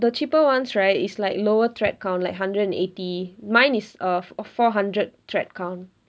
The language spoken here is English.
the cheaper ones right is like lower thread count like hundred and eighty mine is err four hundred thread count